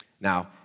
Now